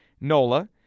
Nola